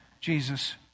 Jesus